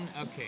okay